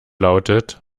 lautet